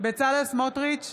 בצלאל סמוטריץ'